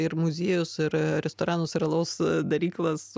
ir muziejus ir restoranus ir alaus daryklas